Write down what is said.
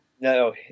No